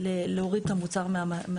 אבל אפשר יהיה להוריד את מוצר מהמדפים.